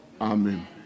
Amen